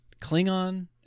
Klingon